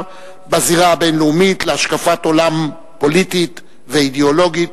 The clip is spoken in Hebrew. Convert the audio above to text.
בזירה הבין-לאומית להשקפת עולם פוליטית ואידיאולוגית,